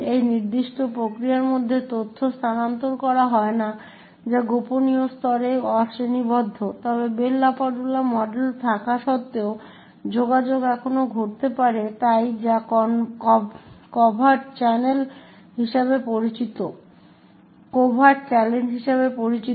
এই নির্দিষ্ট প্রক্রিয়ার মধ্যে তথ্য স্থানান্তর করা হয় না যা গোপনীয় স্তরে অশ্রেণীবদ্ধ তবে বেল লাপাডুলা মডেল থাকা সত্ত্বেও যোগাযোগ এখনও ঘটতে পারে তাই যা কভার্ট চ্যানেল হিসাবে পরিচিত